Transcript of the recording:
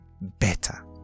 better